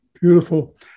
Beautiful